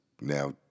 now